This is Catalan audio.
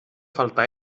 falta